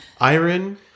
Iron